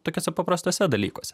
tokiuose paprastuose dalykuose